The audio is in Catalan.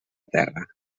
terra